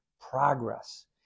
progress